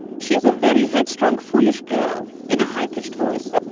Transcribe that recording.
she's a very headstrong foolish girl in a high pitched voice.